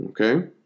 Okay